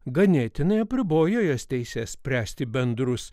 ganėtinai apribojo jos teisę spręsti bendrus